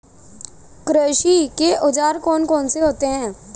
कृषि के औजार कौन कौन से होते हैं?